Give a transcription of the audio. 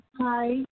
Hi